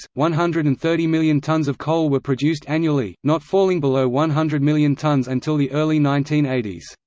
one hundred and thirty million tonnes of coal were produced annually, not falling below one hundred million tonnes until the early nineteen eighty s.